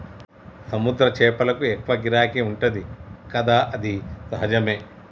సముద్ర చేపలకు ఎక్కువ గిరాకీ ఉంటది కదా అది సహజమే